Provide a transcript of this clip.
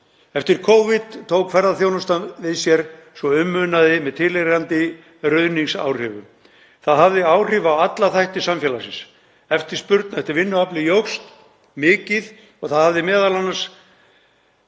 Eftir Covid tók ferðaþjónustan við sér svo um munaði með tilheyrandi ruðningsáhrifum. Það hafði áhrif á alla þætti samfélagsins. Eftirspurn eftir vinnuafli jókst mikið og það hafði m.a. þau